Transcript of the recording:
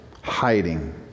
hiding